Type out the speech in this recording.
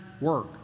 work